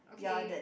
okay